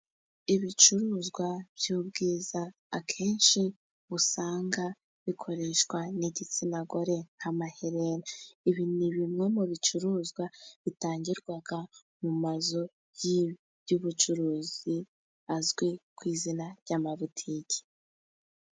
Ibicuruzwa by'ubwiza akenshi usanga bikoreshwa n'igitsina gore, nk'amaherena. Ibi ni bimwe mu bicuruzwa bitangirwa mu mazu y'ubucuruzi azwi ku izina ry'amabutike.